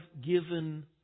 given